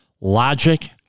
Logic